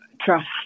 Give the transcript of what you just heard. trust